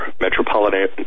metropolitan